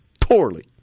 poorly